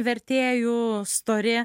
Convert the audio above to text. vertėjų stori